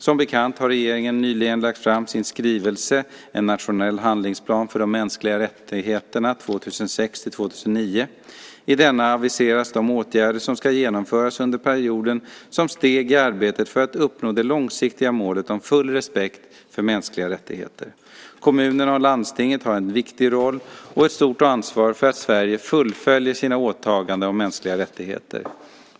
Som bekant har regeringen nyligen lagt fram sin skrivelse 2005/06:95 En nationell handlingsplan för de mänskliga rättigheterna 2006-2009 . I denna aviseras de åtgärder som ska genomföras under perioden som steg i arbetet för att uppnå det långsiktiga målet om full respekt för mänskliga rättigheter. Kommunerna och landstingen har en viktig roll och ett stort ansvar för att Sverige fullföljer sina åtaganden om mänskliga rättigheter.